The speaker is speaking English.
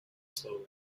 slowly